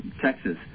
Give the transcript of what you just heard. Texas